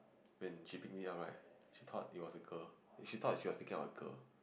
when she pick me up right she thought it was a girl she thought she was picking up a girl